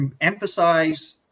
emphasize